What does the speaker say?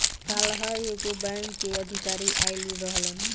काल्ह एगो बैंक के अधिकारी आइल रहलन